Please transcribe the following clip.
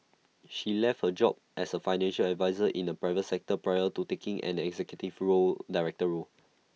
she left her job as A financial adviser in the private sector prior to taking and the executive floo director role